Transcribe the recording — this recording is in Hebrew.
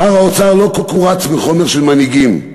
שר האוצר לא קורץ מחומר של מנהיגים.